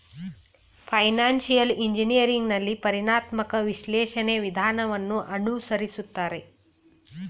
financial engineering ನಲ್ಲಿ ಪರಿಣಾಮಾತ್ಮಕ ವಿಶ್ಲೇಷಣೆ ವಿಧಾನವನ್ನು ಅನುಸರಿಸುತ್ತಾರೆ